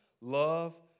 love